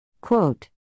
Quote